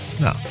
No